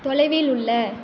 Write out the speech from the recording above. தொலைவில் உள்ள